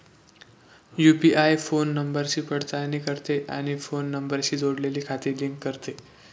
UPI phone नंबरची पडताळणी करते आणि फोन नंबरशी जोडलेली खाती लिंक करते